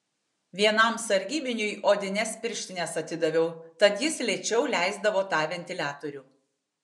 vienam sargybiniui odines pirštines atidaviau tad jis lėčiau leisdavo tą ventiliatorių